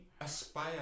aspire